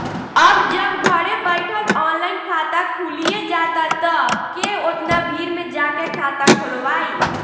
अब जब घरे बइठल ऑनलाइन खाता खुलिये जाता त के ओतना भीड़ में जाके खाता खोलवाइ